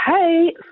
Hey